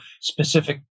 specific